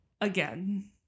again